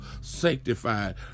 sanctified